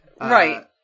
Right